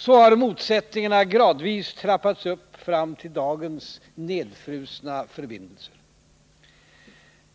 Så har motsättningarna gradvis trappats upp fram till dagens nedfrusna förbindelser.